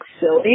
silly